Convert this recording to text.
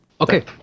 Okay